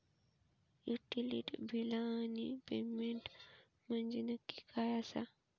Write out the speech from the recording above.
Utility बिला आणि payment म्हंजे नक्की काय आसा?